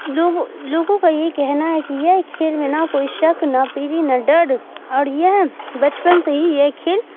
لوگوں لوگوں کا یہ کہنا ہے کہ یہ کھیل میں نہ کوئی شک نہ پیری نہ ڈر اور یہ بچپن سے ہی یہ کھیل